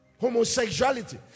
homosexuality